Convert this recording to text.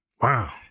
Wow